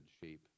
shape